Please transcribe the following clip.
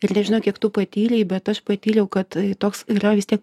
ir nežinau kiek tu patyrei bet aš patyriau kad toks yra vis tiek